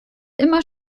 immer